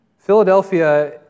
Philadelphia